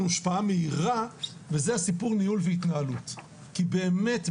השפעה מהירה וזה סיפור ניהול והתנהלות כי באמת,